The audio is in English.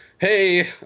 Hey